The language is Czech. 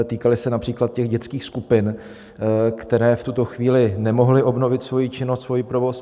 Týkaly se například dětských skupin, které v tuto chvíli nemohly obnovit svoji činnost, svůj provoz.